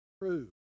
true